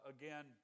again